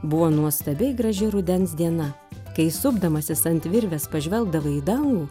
buvo nuostabiai graži rudens diena kai supdamasis ant virvės pažvelgdavai į dangų